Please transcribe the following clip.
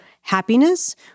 happiness